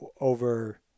over